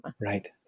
Right